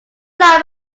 like